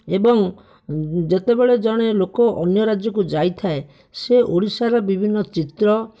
ଏବଂ ଯେତେବେଳେ ଜଣେ ଲୋକ ଅନ୍ୟ ରାଜ୍ୟକୁ ଯାଇଥାଏ ସେ ଓଡ଼ିଶାର ବିଭିନ୍ନ ଚିତ୍ର